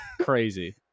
crazy